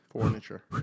Furniture